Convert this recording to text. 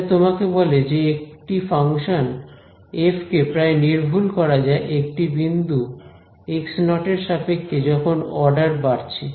এটা তোমাকে বলে যে একটি ফাংশন এফ কে প্রায় নির্ভুল করা যায় একটি বিন্দু x0 এর সাপেক্ষে যখন অর্ডার বাড়ছে